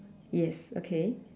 yes okay